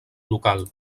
local